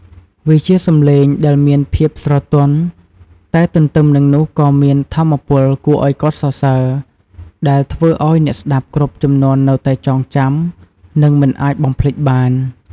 វាជាសំឡេងដែលមានភាព ស្រទន់ តែទន្ទឹមនឹងនោះក៏មាន ថាមពល គួរឲ្យកោតសរសើរ ដែលធ្វើឲ្យអ្នកស្តាប់គ្រប់ជំនាន់នៅតែចងចាំ និងមិនអាចបំភ្លេចបាន។